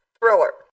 Thriller